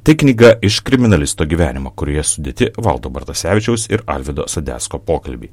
tai knyga iš kriminalisto gyvenimo kurioje sudėti valdo bartasevičiaus ir alvydo sodecko pokalbiai